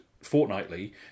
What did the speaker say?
fortnightly